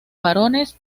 varones